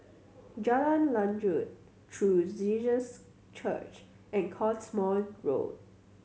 Jalan Lanjut True Jesus Church and Cottesmore Road